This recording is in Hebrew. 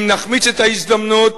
אם נחמיץ את ההזדמנות,